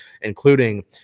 including